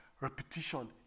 repetition